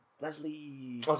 Leslie